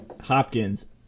Hopkins